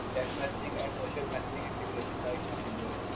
text messaging and social messaging integration like messenger.